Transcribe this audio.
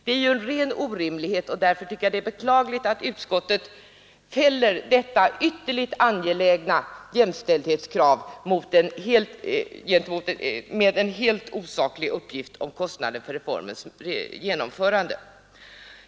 Det är en ren orimlighet, Och därför tycker jag det är beklagligt att utskottet fäller detta ytterligt angelägna jämställdhetskrav med en helt osaklig uppgift om kostnaden för reformens genomförande.